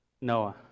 Noah